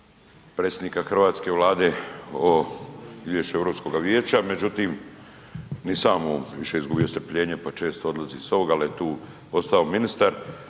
predsjednika hrvatske Vlade o izvješću Europskoga vijeća, međutim, ni sam on više izgubio strpljenje pa često odlazi sa ovoga, ali je tu ostao ministar,